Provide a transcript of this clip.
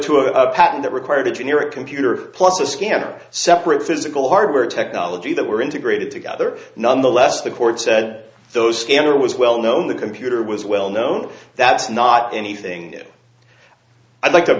to a pattern that required a generic computer plus a scanner separate physical hardware technology that were integrated together nonetheless the court said those scanner was well known the computer was well known that's not anything i'd like to